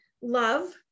Love